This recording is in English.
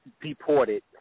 deported